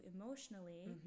emotionally